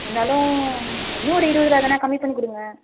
இருந்தாலும் இன்னும் ஒரு இருபது ரூவா தானே கம்மி பண்ணி கொடுங்க